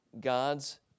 God's